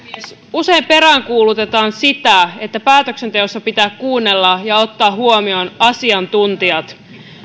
usein peräänkuulutetaan sitä että päätöksenteossa pitää kuunnella ja ottaa huomioon asiantuntijat